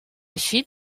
eixit